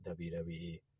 WWE